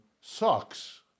sucks